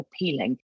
appealing